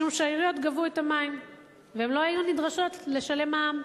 משום שהעיריות גבו את תשלומי המים והן לא נדרשו לשלם מע"מ.